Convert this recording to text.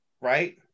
right